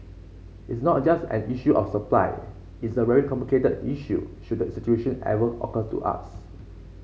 it's not just an issue of supply it's a very complicated issue should that situation ever occur to us